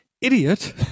idiot